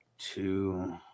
Two